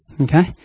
Okay